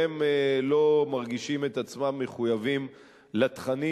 והם לא מרגישים את עצמם מחויבים לתכנים